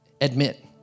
Admit